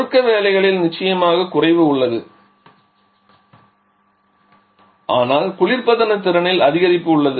சுருக்க வேலைகளில் நிச்சயமாக குறைவு உள்ளது ஆனால் குளிர்பதன திறனில் அதிகரிப்பு உள்ளது